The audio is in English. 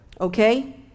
okay